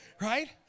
right